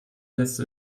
letzte